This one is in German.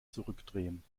zurückdrehen